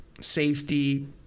Safety